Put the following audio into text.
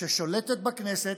ששולטת בכנסת,